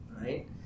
right